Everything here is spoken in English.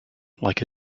like